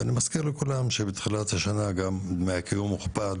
אני מזכיר לכולם שבתחילת השנה גם דמי הקיום הוכפל